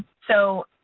so,